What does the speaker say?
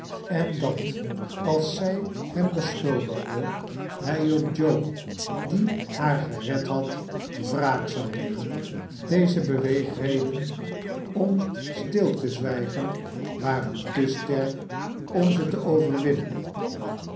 en dat als zij hem beschuldigde hij op joe die haar gered had wraak zou nemen deze beweegredenen om stil te zwijgen waren te sterk om ze te overwinnen